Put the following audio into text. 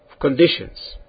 conditions